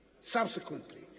Subsequently